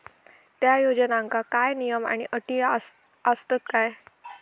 त्या योजनांका काय नियम आणि अटी आसत काय?